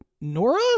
Nora